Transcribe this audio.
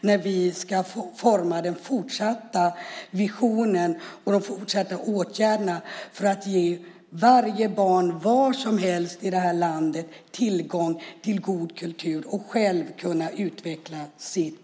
när vi ska forma den fortsatta visionen och de fortsatta åtgärderna när det gäller att ge varje barn var som helst i detta land tillgång till god kultur och möjligheter att själv utveckla sitt